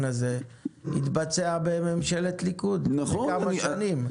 הזה התבצעו בממשלת הליכוד לפני כמה שנים.